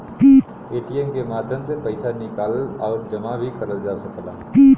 ATM के माध्यम से पइसा निकाल आउर जमा भी करल जा सकला